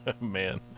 man